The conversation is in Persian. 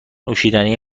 نوشیدنی